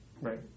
Right